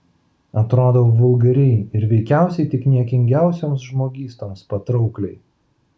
atrodau vulgariai ir veikiausiai tik niekingiausioms žmogystoms patraukliai